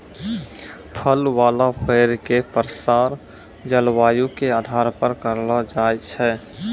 फल वाला पेड़ के प्रसार जलवायु के आधार पर करलो जाय छै